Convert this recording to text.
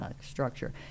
structure